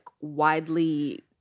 widely